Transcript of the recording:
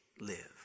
live